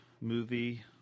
movie